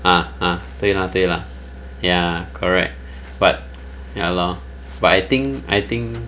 ah ah 对 lah 对 lah ya correct but ya lor but I think I think